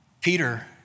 Peter